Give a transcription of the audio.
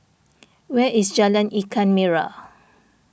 where is Jalan Ikan Merah